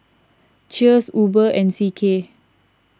Cheers Uber and C K